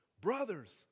brothers